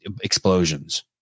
explosions